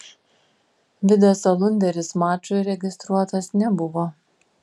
vidas alunderis mačui registruotas nebuvo